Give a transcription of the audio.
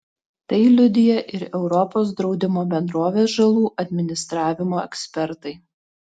tai liudija ir europos draudimo bendrovės žalų administravimo ekspertai